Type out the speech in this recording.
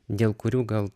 dėl kurių gal